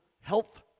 Health